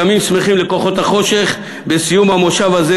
ימים שמחים לכוחות החושך בסיום המושב הזה.